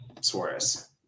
Suarez